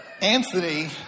Anthony